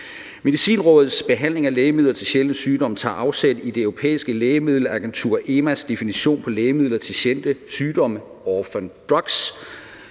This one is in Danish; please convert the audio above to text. Medicinrådets behandling af lægemidler til sjældne sygdomme tager afsæt i Det Europæiske Lægemiddelagentur EMA's definition på lægemidler til sjældne sygdomme, orphan drugs.